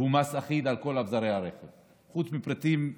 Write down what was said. והוא מס אחיד על כל אביזרי הרכב חוץ מפריטים ייחודיים,